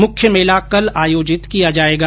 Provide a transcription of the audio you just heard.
मुख्य मेला कल आयोजित किया जायेगा